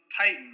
titan